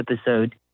episode